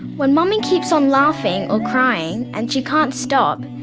when mummy keeps on laughing or crying and she can't stop,